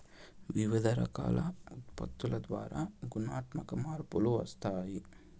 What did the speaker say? వివిధ రకాల ఉత్పత్తుల ద్వారా గుణాత్మక మార్పులు వస్తాయి